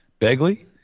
Begley